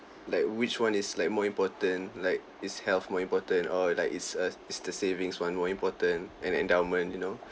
like which one is like more important like is health more important or like it's uh it's the savings one more important and endowment you know